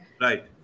Right